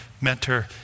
mentor